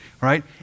right